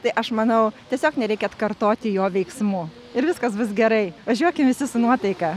tai aš manau tiesiog nereikia atkartoti jo veiksmų ir viskas bus gerai važiuokim visi su nuotaika